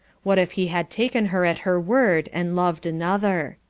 what if he had taken her at her word and loved another.